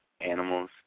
animals